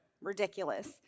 ridiculous